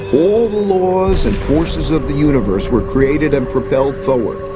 all the laws and forces of the universe were created and propelled forward,